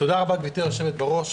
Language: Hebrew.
תודה רבה, גברתי היושבת בראש.